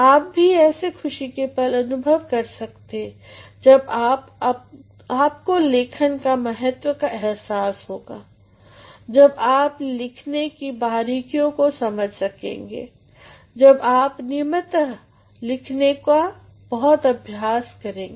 आप भी ऐसे ख़ुशी के पल अनुभव कर सकते जब आपको लेखन केमहत्त्वका अहसास होगा जब आप लिखने की बारीकियों को समझ सकेंगे जब आप नियमतः लिखने काबहुत अभ्यास करेंगे